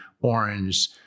Orange